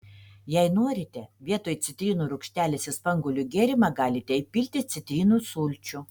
jei norite vietoj citrinų rūgštelės į spanguolių gėrimą galite įpilti citrinų sulčių